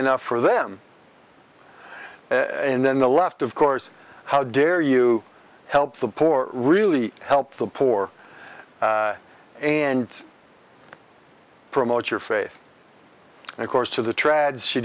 enough for them and then the left of course how dare you help the poor really help the poor and promote your faith and of course to the